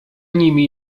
nimi